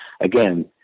again